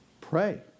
Pray